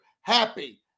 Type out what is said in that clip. happy